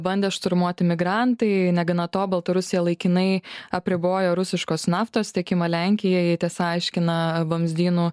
bandė šturmuoti migrantai negana to baltarusija laikinai apribojo rusiškos naftos tiekimą lenkijai tiesa aiškina vamzdynų